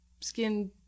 skin